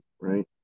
right